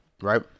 Right